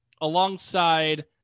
alongside